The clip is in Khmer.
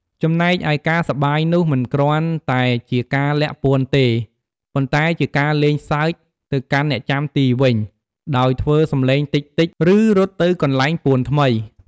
ចំំណែកនៃការសប្បាយនោះមិនគ្រាន់តែជាការលាក់ពួនទេ ប៉ុន្តែជាការលេងសើចទៅកាន់អ្នកចាំទីវិញ ដោយធ្វើសំលេងតិចៗ ឬ រត់ទៅកន្លែងពួនថ្មី។